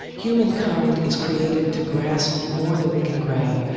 humankind is created to grasp more than we can grab,